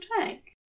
take